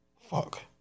Fuck